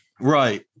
right